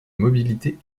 mobilité